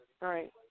Right